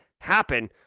happen